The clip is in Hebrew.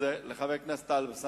לחבר הכנסת טלב אלסאנע.